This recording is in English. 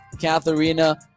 Katharina